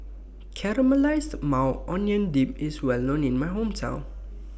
Caramelized Maui Onion Dip IS Well known in My Hometown